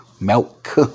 milk